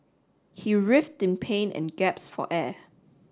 he writhed in pain and gasped for air